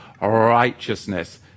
Righteousness